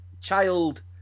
Child